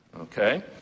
okay